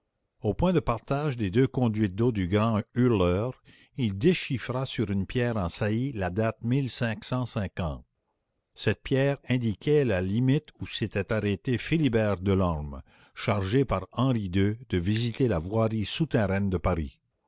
au point de partage des deux conduites d'eau du grand hurleur il déchiffra sur une pierre en saillie la date cette pierre indiquait la limite où s'était arrêté philibert delorme chargé par henri ii de visiter la voirie souterraine de paris